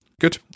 Good